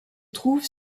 trouve